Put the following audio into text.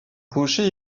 clocher